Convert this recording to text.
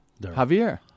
Javier